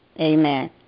Amen